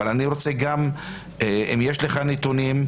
אבל אני רוצה גם אם יש לך נתונים,